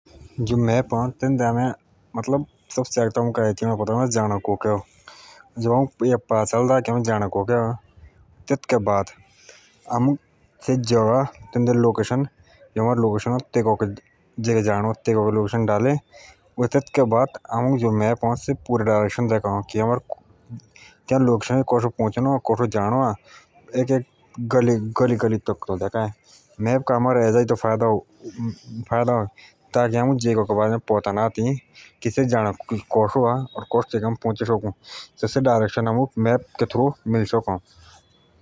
मेप लिया आमे ऐजा पता करना कि आमे जानो कोके अ तेथोक के बाद हमें लोकेशन पता चे ही आने थे थोक के बाद मैप आमुक से जे बाट देखा ओ मैप का आमुख ऐजा फायदा की जे आमुक बाट टीका पता ना आती तब भी हमे थेईके‌ दो‌ पोचाऐ।